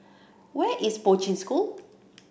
where is Poi Ching School